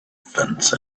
fence